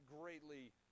greatly